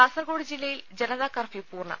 കാസർകോട് ജില്ലയിൽ ജനതാ കർഫ്യൂ പൂർണ്ണം